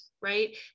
right